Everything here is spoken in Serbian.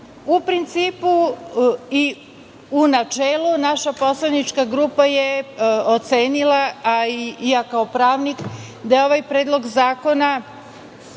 principu i u načelu naša poslanička grupa je ocenila, a i ja kao pravnik da ovaj predlog zakona,